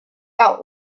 out